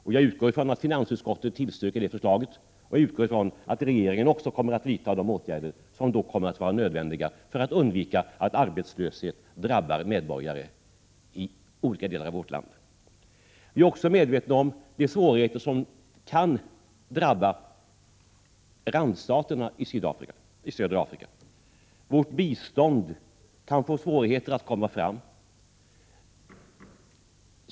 Vi utgår från att finansutskottet tillstyrker det förslaget och att regeringen också kommer att vidta de åtgärder som är nödvändiga för att undvika att arbetslösheten drabbar medborgare i olika delar av vårt land. Vi är vidare medvetna om de svårigheter som kan drabba Sydafrikas grannstater i södra Afrika. Vårt bistånd kan få svårigheter att komma fram.